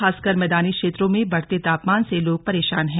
खासकर मैदानी क्षेत्रों में बढ़ते तापमान से लोग परेशान हैं